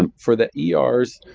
um for the yeah ah er's,